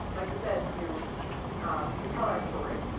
like you said, to to tell our story,